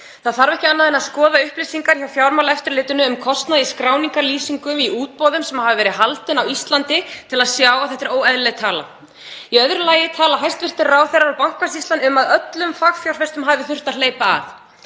Það þarf ekki annað en að skoða upplýsingar frá Fjármálaeftirlitinu, um kostnað í skráningarlýsingum í útboðum sem hafa verið haldin á Íslandi, til að sjá að þetta er óeðlileg tala. Í öðru lagi tala hæstv. ráðherrar og Bankasýslan um að öllum fagfjárfestum hafi þurft að hleypa að.